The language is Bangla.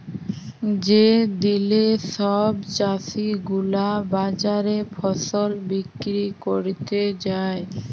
যে দিলে সব চাষী গুলা বাজারে ফসল বিক্রি ক্যরতে যায়